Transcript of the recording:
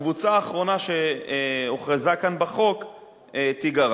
הקבוצה האחרונה שהוכרזה כאן בחוק תיגרע.